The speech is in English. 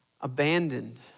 abandoned